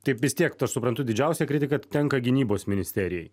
taip vis tiek tą suprantu didžiausia rizika tenka gynybos ministerijai